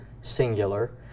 singular